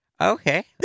Okay